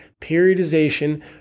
periodization